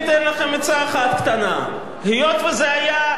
היות שזה היה רק אתמול, רק לפי כמה שבועות,